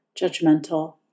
judgmental